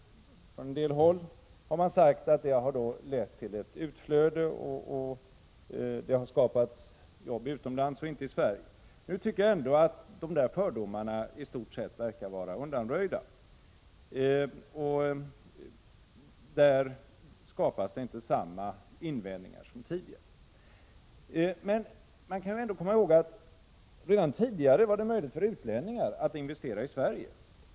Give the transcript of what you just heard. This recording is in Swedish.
Från en del håll har man sagt att det har lett till ett utflöde och att det skapats arbetstillfällen utomlands men inte i Sverige. Sådana fördomar verkar nu i stort sett vara undanröjda. Nu riktas inte samma invändningar som tidigare. Man måste ändå komma ihåg att det redan tidigare var möjligt för utlänningar att investera i Sverige.